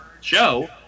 show